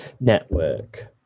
network